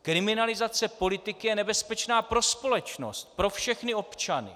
Kriminalizace politiky je nebezpečná pro společnost, pro všechny občany.